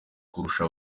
kurusha